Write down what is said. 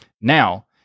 Now